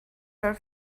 her